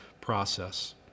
process